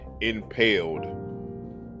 impaled